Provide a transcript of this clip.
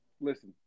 Listen